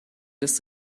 des